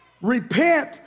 repent